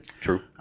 True